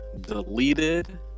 deleted